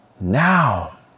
now